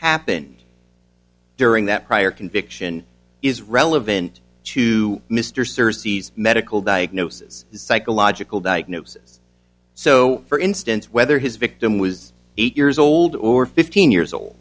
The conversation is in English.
happened during that prior conviction is relevant to mr c's medical diagnosis psychological diagnosis so for instance whether his victim was eight years old or fifteen years old